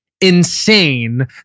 insane